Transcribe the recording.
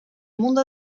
mundo